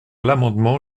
l’amendement